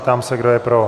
Ptám se, kdo je pro.